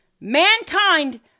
Mankind